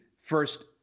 first